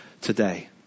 today